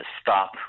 stop